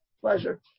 Pleasure